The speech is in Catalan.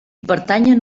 pertanyen